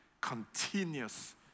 continuous